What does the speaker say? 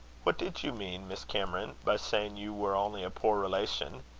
what did you mean, miss cameron, by saying you were only a poor relation?